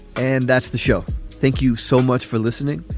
and that's the show. thank you so much for listening.